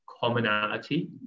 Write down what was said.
commonality